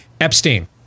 Epstein